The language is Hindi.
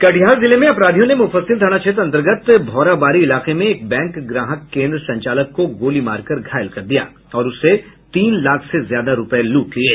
कटिहार जिले में अपराधियों ने मुफस्सिल थाना क्षेत्र अंतर्गत भौराबारी इलाके में एक बैंक ग्राहक केन्द्र संचालक को गोली मारकर घायल कर दिया और उससे तीन लाख से ज्यादा रूपये लूट लिये